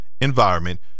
environment